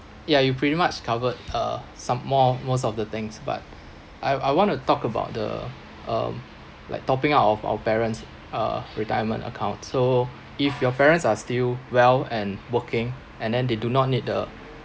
ya you pretty much covered uh some more most of the things but I I want to talk about the um like topping out of our parents uh retirement account so if your parents are still well and working and then they do not need the